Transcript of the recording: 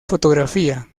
fotografía